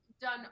done